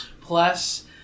plus